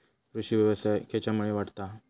कृषीव्यवसाय खेच्यामुळे वाढता हा?